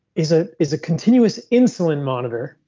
is ah is a continuous insulin monitor.